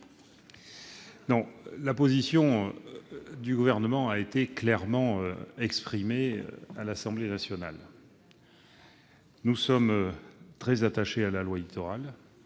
La position du Gouvernement a été clairement exprimée à l'Assemblée nationale. Nous sommes très attachés à la loi Littoral,